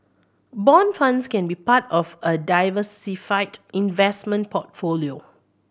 bond funds can be part of a diversified investment portfolio